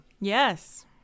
Yes